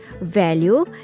Value